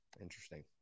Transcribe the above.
Interesting